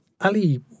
Ali